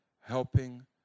helping